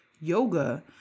Yoga